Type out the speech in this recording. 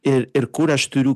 ir ir kur aš turiu